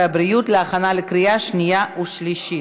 להכנה לקריאה שנייה ושלישית.